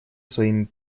своим